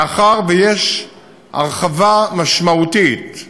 מאחר שיש הרחבה משמעותית,